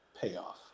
payoff